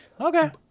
okay